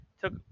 Took